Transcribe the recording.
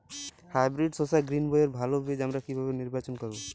Hybrid শসা গ্রীনবইয়ের ভালো বীজ আমরা কিভাবে নির্বাচন করব?